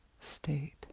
state